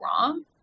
wrong